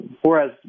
Whereas